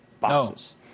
boxes